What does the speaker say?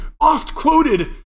oft-quoted